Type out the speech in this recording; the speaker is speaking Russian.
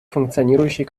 функционирующей